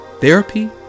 Therapy